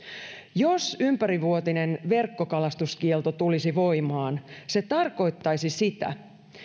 jos ympärivuotinen verkkokalastuskielto tulisi voimaan se tarkoittaisi sitä